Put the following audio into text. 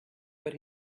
but